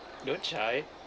don't shy